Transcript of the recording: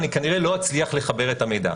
אני כנראה לא אצליח לחבר את המידע.